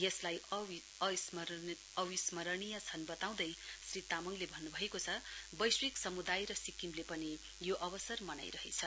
यसलाई अविस्मरणीय क्षण बताउँदै श्री तामाङले भन्नु भएको छ वैश्विक समुदाय र सिक्किमले पनि यो अवसर मनाईरहेछ